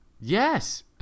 Yes